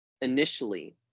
initially